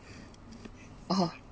!oho!